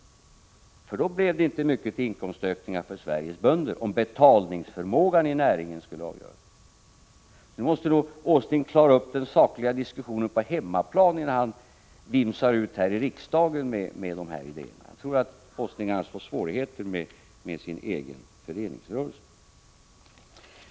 Om betalningsförmågan i näringen skulle avgöra, blev det inte mycket till inkomstökning för Sveriges bönder. Nils Åsling måste klara av den sakliga diskussionen på hemmaplan, innan han vimsar ut här i riksdagen med idéerna. Annars tror jag att Nils Åsling får svårigheter med sin egen föreningsrörelse.